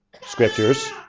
scriptures